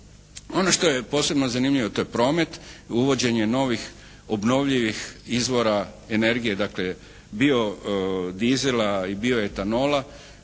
Ono što je posebno zanimljivo to je promet. Uvođenje novih obnovljivih izvora energije dakle bio diesela i bio etanola.